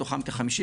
מתוכם כ-50,